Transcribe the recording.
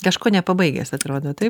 kažko nepabaigęs atrodo taip